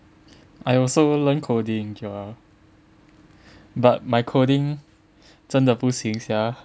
I also learn coding Joel but my coding 真的不行 sia